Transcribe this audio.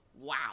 Wow